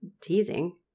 teasing